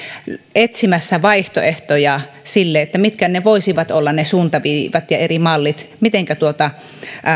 etsimässä vaihtoehtoja sille mitkä voisivat olla ne suuntaviivat ja eri mallit miten tuota